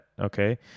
Okay